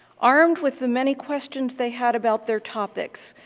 armed with the many questions they had about their topics,